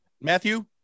Matthew